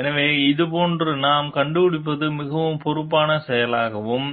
எனவே இது போன்ற நாம் கண்டுபிடிப்பது மிகவும் பொறுப்பான செயலாகவும்